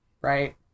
right